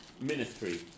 ministry